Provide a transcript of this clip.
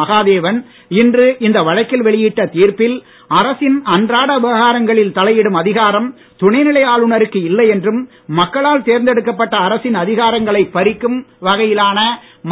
மகாதேவன் இன்று இந்த வழக்கில் வெளியிட்ட தீர்ப்பில் அரசின் அன்றாட விவகாரங்களில் தலையிடும் அதிகாரம் துணைநிலை ஆளுநருக்கு இல்லை என்றும் மக்களால் தேர்ந்தெடுக்கப்பட்ட அரசின் அதிகாரங்களை பறிக்கும் வகையிலான